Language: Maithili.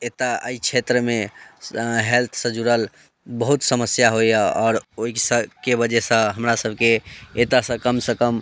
एतय एहि क्षेत्रमे हेल्थसँ जुड़ल बहुत समस्या होइए आओर ओहिसँ के वजहसँ हमरासभके एतयसँ कमसँ कम